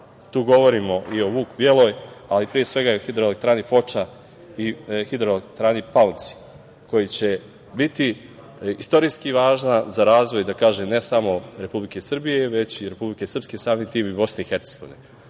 govorimo i o „Vuk Bjeloj“, ali pre svega o Hidroelektrani Foča i Hidroelektrani Palci, koji će biti istorijski važna za razvoj, ne samo Republike Srbije već i Republike Srpske, samim tim i BiH.Si oni